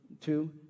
two